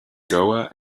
goa